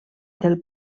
del